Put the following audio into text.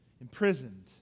imprisoned